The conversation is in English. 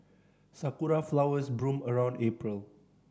sakura flowers bloom around April